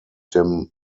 dem